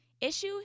issue